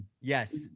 yes